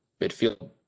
midfield